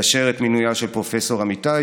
לאשר את מינויה של פרופ' אמיתי,